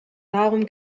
darum